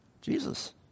Jesus